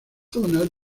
zonas